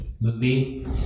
movie